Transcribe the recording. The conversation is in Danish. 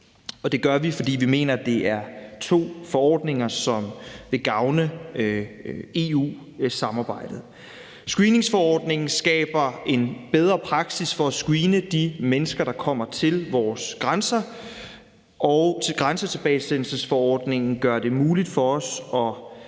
det gør vi, fordi vi mener, at det er to forordninger, som vil gavne EU-samarbejdet. Screeningforordningen skaber en bedre praksis for at screene de mennesker, der kommer til vores grænser, og grænsetilbagesendelsesforordningen gør det muligt for os at